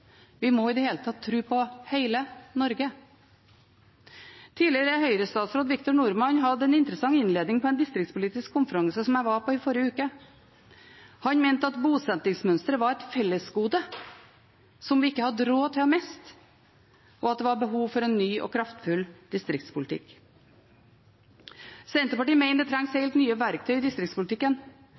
Vi må i det hele tatt tro på hele Norge. Tidligere Høyre-statsråd Victor Norman hadde en interessant innledning på en distriktspolitisk konferanse som jeg var på i forrige uke. Han mente at bosettingsmønsteret var et fellesgode vi ikke hadde råd til å miste, og at det var behov for en ny og kraftfull distriktspolitikk. Senterpartiet mener det trengs helt nye verktøy i distriktspolitikken.